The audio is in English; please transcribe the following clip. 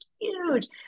huge